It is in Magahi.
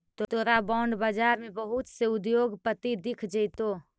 तोरा बॉन्ड बाजार में बहुत से उद्योगपति दिख जतो